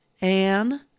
Anne